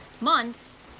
months